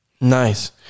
Nice